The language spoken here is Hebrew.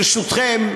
ברשותכם,